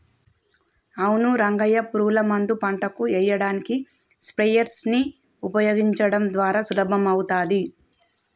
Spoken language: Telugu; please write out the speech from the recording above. అవును రంగయ్య పురుగుల మందు పంటకు ఎయ్యడానికి స్ప్రయెర్స్ నీ ఉపయోగించడం ద్వారా సులభమవుతాది